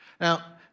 Now